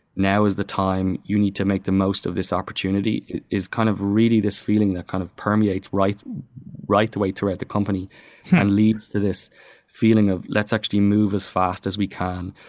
now is the time you need to make the most of this opportunity is kind of really this feeling that kind of permeates right right the way throughout the company and leads to this feeling of, let's actually move as fast as we can.